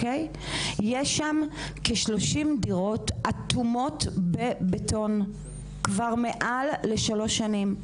יש שם כ-30 דירות אטומות בבטון כבר מעל לשלוש שנים.